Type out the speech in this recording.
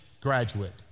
graduate